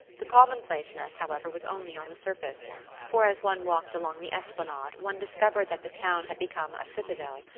the common-placeness, however, was only on the surface for as one walked along the esplanade one discovered that the town had become a citadel,